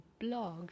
blogs